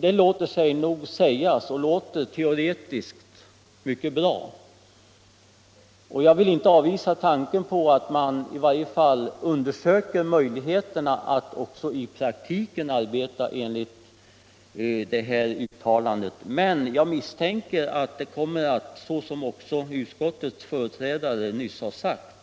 Det låter sig nog sägas och låter teoretiskt mycket bra att man skulle ha alternativ produktion, och jag vill inte avvisa tanken på att man i varje fall undersöker möjligheterna att också i praktiken arbeta enligt sådana riktlinjer. Men jag misstänker att det kommer att, såsom också utskottets företrädare nyss har sagt,